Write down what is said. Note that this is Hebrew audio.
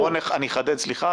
מיקי, אני אחדד, סליחה.